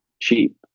cheap